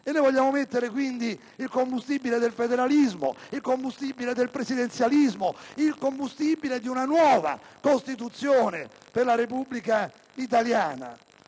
Noi vogliamo mettere, quindi, il combustibile del federalismo, il combustibile del presidenzialismo, il combustibile di una nuova Costituzione per la Repubblica italiana.